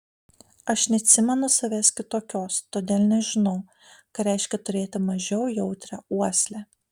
aš neatsimenu savęs kitokios todėl nežinau ką reiškia turėti mažiau jautrią uoslę